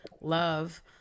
love